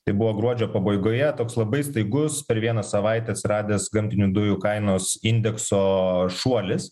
tai buvo gruodžio pabaigoje toks labai staigus per vieną savaitę atsiradęs gamtinių dujų kainos indekso šuolis